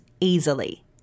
easily